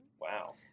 Wow